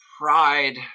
pride